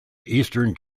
eastern